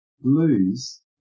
lose